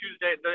Tuesday